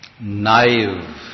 naive